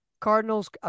Cardinals